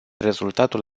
rezultatul